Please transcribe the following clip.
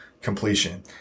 completion